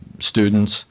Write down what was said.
students